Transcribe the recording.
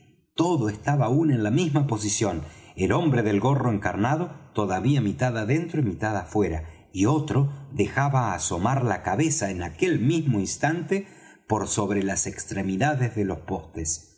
todo estaba aún en la misma posición el hombre del gorro encarnado todavía mitad adentro y mitad afuera y otro dejaba asomar la cabeza en aquel mismo instante por sobre las extremidades de los postes